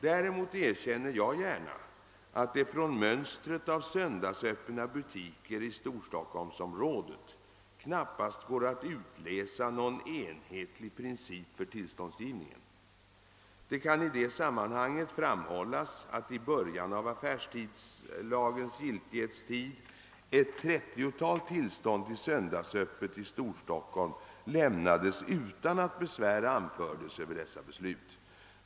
Däremot erkänner jag gärna att det från mönstret av söndagsöppna butiker i Storstockholmsområdet knappast går att utläsa någon enhetlig princip för tillståndsgivningen. Det kan i detta sammanhang framhållas att i början av affärstidslagens giltighetstid ett 30-tal tillstånd till söndagsöppet i Storstockholm lämnades utan att besvär anfördes över dessa beslut.